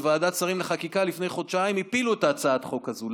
בוועדת השרים לחקיקה הפילו לפני חודשיים את הצעת החוק הזו.